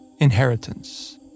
Inheritance